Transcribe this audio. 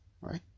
right